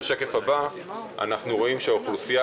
בשקף הבא אנחנו רואים שהאוכלוסייה